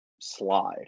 slide